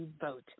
vote